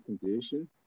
condition